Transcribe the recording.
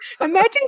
imagine